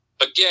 Again